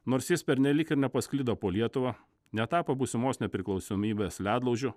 nors jis pernelyg ir nepasklido po lietuvą netapo būsimos nepriklausomybės ledlaužiu